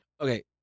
Okay